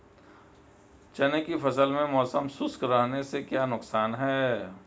चने की फसल में मौसम शुष्क रहने से क्या नुकसान है?